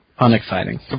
unexciting